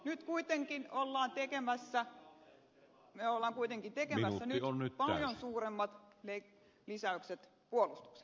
nyt kuitenkin ollaan tekemässä paljon suuremmat lisäykset puolustukselle